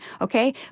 okay